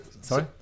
sorry